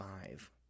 five